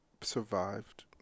survived